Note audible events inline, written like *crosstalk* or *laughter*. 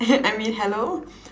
*laughs* I mean hello